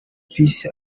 peace